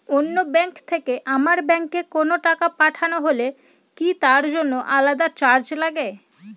অন্য ব্যাংক থেকে আমার ব্যাংকে কোনো টাকা পাঠানো হলে কি তার জন্য আলাদা চার্জ লাগে?